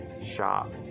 Shop